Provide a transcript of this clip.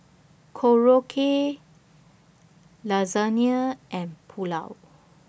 Korokke Lasagne and Pulao